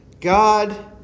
God